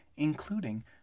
including